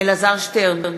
אלעזר שטרן,